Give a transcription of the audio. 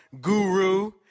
guru